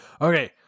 okay